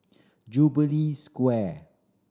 Jubilee Square